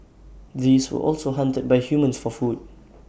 these were also hunted by humans for food